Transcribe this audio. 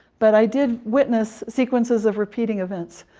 but i did witness sequences of repeating events.